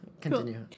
Continue